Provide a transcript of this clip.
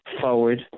forward